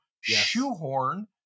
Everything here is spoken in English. shoehorn